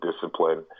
discipline